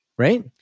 right